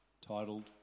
titled